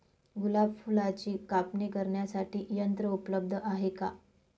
गुलाब फुलाची कापणी करण्यासाठी यंत्र उपलब्ध आहे का?